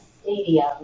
stadium